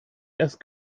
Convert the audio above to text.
erst